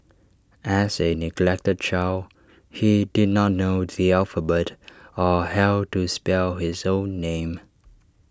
as A neglected child he did not know the alphabet or how to spell his own name